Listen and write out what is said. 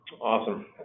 Awesome